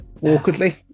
awkwardly